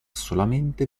solamente